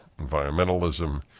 Environmentalism